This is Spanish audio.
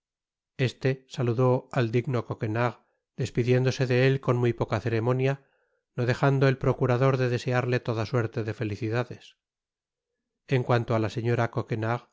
este saludó al digno coquenard despidiéndose de él con muy poca ceremonia no dejando el procurador de desearle toda suerte de felicidades en cuanto á la señora